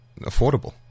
affordable